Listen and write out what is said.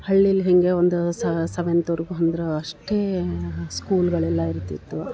ಹಳ್ಳಿಲಿ ಹೇಗೆ ಒಂದು ಸವೆಂತ್ವರೆಗು ಅಂದ್ರ ಅಷ್ಟೇ ಸ್ಕೂಲ್ಗಳೆಲ್ಲ ಇರ್ತಿತ್ತು